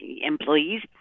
employees